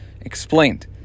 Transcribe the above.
explained